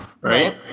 Right